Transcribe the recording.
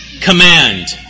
command